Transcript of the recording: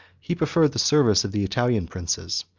he preferred the service of the italian princes,